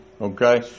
Okay